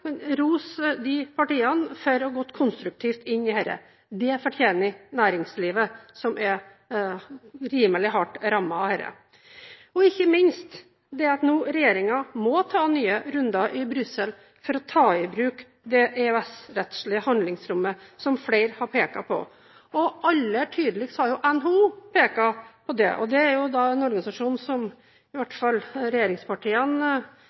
rose de partiene for å ha gått konstruktivt inn i dette. Det fortjener næringslivet, som er rimelig hardt rammet av dette – ikke minst det at regjeringen nå må ta nye runder i Brussel for å ta i bruk det EØS-rettslige handlingsrommet, som flere har pekt på. Aller tydeligst har NHO pekt på det, og det er en organisasjon som i hvert fall regjeringspartiene